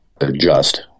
adjust